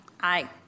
Aye